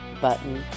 button